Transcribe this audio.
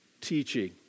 teaching